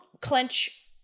clench